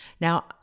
Now